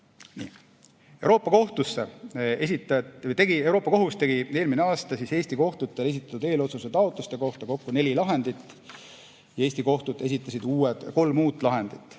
Euroopa Kohus tegi eelmine aasta Eesti kohtute esitatud eelotsusetaotluste kohta kokku neli lahendit. Eesti kohtud esitasid kolm uut taotlust.